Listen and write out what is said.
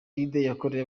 yakorewe